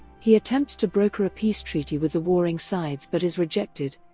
he attempts to broker a peace treaty with the warring sides but is rejected.